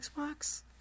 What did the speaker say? Xbox